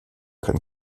kann